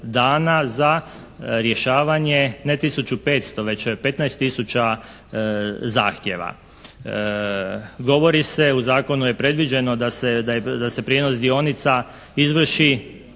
za rješavanja ne tisuću i 500, već 15 tisuća zahtjeva. Govori se, u zakonu je predviđeno da se prijenos dionica izvrši